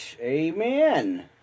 Amen